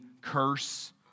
curse